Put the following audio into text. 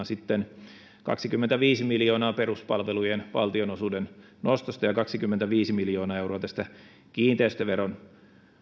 sitten kaksikymmentäviisi miljoonaa peruspalvelujen valtionosuuden nostosta ja kaksikymmentäviisi miljoonaa euroa kiinteistöveron